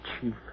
chief